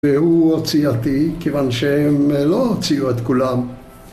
והוא הוציא אותי, כיוון שהם לא הוציאו את כולם.